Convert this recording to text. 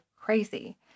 crazy